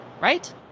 Right